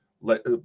Let